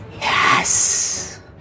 Yes